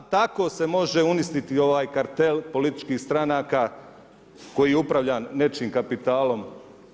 Samo tako se može uništiti ovaj kartel političkih stranaka koji upravlja nečijim kapitalom